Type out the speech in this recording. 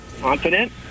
confident